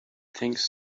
things